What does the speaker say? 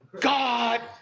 God